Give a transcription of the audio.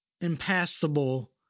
impassable